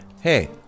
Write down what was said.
hey